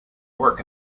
work